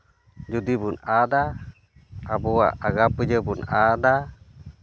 ᱡᱩᱫᱤ ᱵᱚᱱ ᱟᱫᱟ ᱟᱜᱟᱢ ᱯᱟᱸᱡᱟ ᱟᱫᱟ